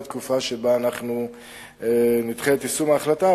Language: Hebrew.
תקופה שבה אנחנו נדחה את יישום ההחלטה.